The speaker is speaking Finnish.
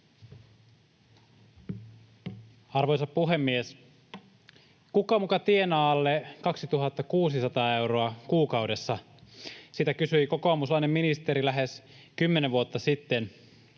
Arvoisa puhemies! Kuka muka tienaa alle 2 600 euroa kuukaudessa, kysyi kokoomuslainen ministeri lähes kymmenen vuotta sitten.